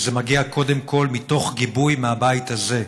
וזה מגיע קודם כול מתוך גיבוי מהבית הזה,